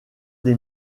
des